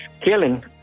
killing